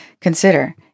consider